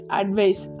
advice